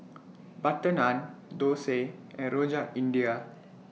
Butter Naan Thosai and Rojak India